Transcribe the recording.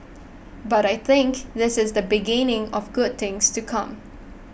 but I think this is the beginning of good things to come